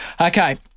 Okay